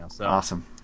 Awesome